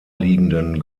liegenden